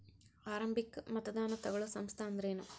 ಆರಂಭಿಕ್ ಮತದಾನಾ ತಗೋಳೋ ಸಂಸ್ಥಾ ಅಂದ್ರೇನು?